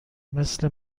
مثل